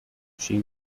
she